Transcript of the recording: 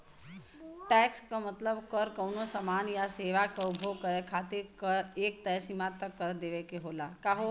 tax क मतलब कर कउनो सामान या सेवा क उपभोग करे खातिर एक तय सीमा तक कर देवे क होला